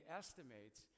estimates